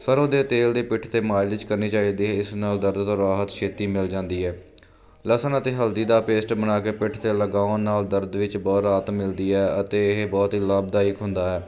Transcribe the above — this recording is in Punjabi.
ਸਰ੍ਹੋਂ ਦੇ ਤੇਲ ਦੀ ਪਿੱਠ 'ਤੇ ਮਾਲਿਸ਼ ਕਰਨੀ ਚਾਹੀਦੀ ਇਸ ਨਾਲ ਦਰਦ ਤੋਂ ਰਾਹਤ ਛੇਤੀ ਮਿਲ ਜਾਂਦੀ ਹੈ ਲਸਣ ਅਤੇ ਹਲਦੀ ਦਾ ਪੇਸਟ ਬਣਾ ਕੇ ਪਿੱਠ 'ਤੇ ਲਗਾਉਣ ਨਾਲ ਦਰਦ ਵਿੱਚ ਬਹੁਤ ਰਾਹਤ ਮਿਲਦੀ ਹੈ ਅਤੇ ਇਹ ਬਹੁਤ ਹੀ ਲਾਭਦਾਇਕ ਹੁੰਦਾ ਹੈ